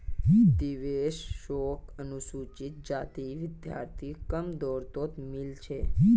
देवेश शोक अनुसूचित जाति विद्यार्थी कम दर तोत मील छे